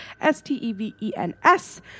S-T-E-V-E-N-S